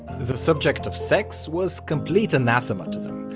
the subject of sex was complete anathema to them,